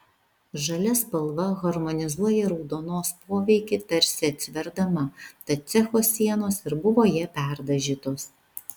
žalia spalva harmonizuoja raudonos poveikį tarsi atsverdama tad cecho sienos ir buvo ja perdažytos